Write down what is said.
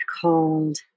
called